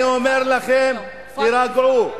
אני אומר לכם: תירגעו.